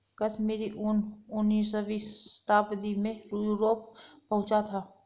कश्मीरी ऊन उनीसवीं शताब्दी में यूरोप पहुंचा था